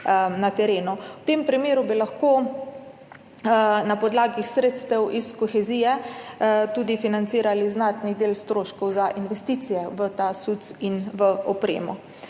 V tem primeru bi lahko na podlagi sredstev iz kohezije tudi financirali znatni del stroškov za investicije v ta SUC in opremo.